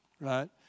right